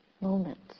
moments